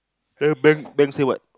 then bank bank say what